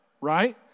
right